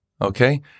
okay